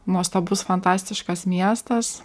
nuostabus fantastiškas miestas